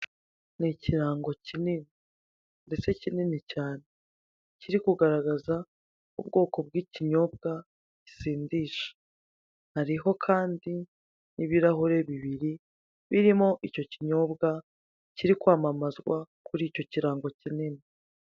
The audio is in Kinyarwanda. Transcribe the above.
Ni ikirango kinini ndetse kinini cyane, kiri kugaragaza ubwoko bw'ikinyobwa gisindisha, hariho kandi n'ibirahure bibiri birimo icyo kinyobwa kiri kwamamazwa kuri icyo kirango kinini.